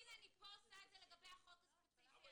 הנה אני עושה את זה לגבי החוק הספציפי הזה.